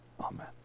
Amen